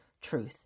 truth